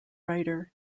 writer